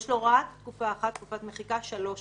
יש לו רק תקופה אחת, תקופת מחיקה שלוש שנים,